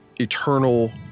eternal